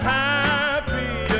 happy